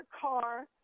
car